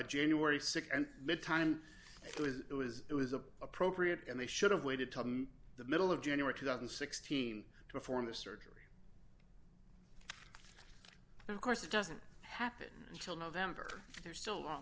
january th and the time it was it was it was appropriate and they should have waited till the middle of january two thousand and sixteen to form the surgery and of course it doesn't happen until november there's still a long